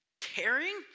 tearing